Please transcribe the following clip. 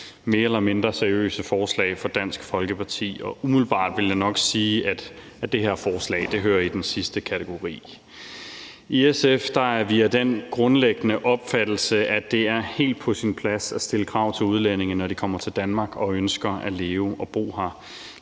mere eller mindre seriøse forslag fra Dansk Folkeparti. Umiddelbart vil jeg nok sige, at det her forslag hører til i den sidste kategori. I SF er vi grundlæggende af den opfattelse, at det er helt på sin plads at stille krav til udlændinge, når de kommer til Danmark og ønsker at leve og bo her